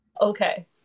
Okay